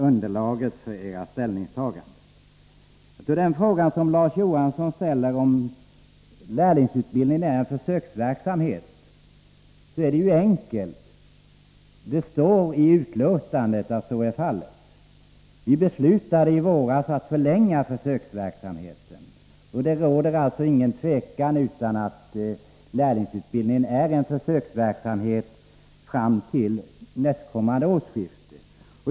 Beträffande den fråga Larz Johansson ställer om lärlingsutbildning och försöksverksamhet är svaret ju enkelt och står i betänkandet: Vi beslutade i våras att förlänga försöksverksamheten, och det råder inget tvivel om att lärlingsutbildningen är en försöksverksamhet fram till nästkommande årsskifte.